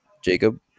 Jacob